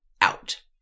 out